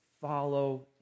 follow